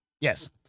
Yes